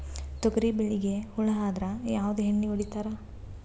ತೊಗರಿಬೇಳಿಗಿ ಹುಳ ಆದರ ಯಾವದ ಎಣ್ಣಿ ಹೊಡಿತ್ತಾರ?